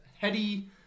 heady